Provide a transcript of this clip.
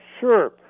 sure